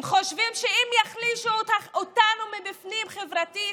הם חושבים שאם יחלישו אותנו מבפנים חברתית